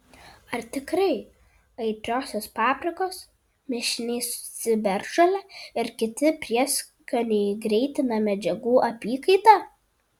ar tikrai aitriosios paprikos mišiniai su ciberžole ir kiti prieskoniai greitina medžiagų apykaitą